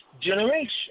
generation